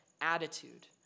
attitude